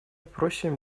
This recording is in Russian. просим